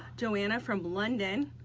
joanna from london.